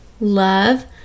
love